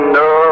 no